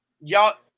Y'all